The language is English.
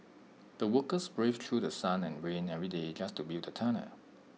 the workers braved through sun and rain every day just to build the tunnel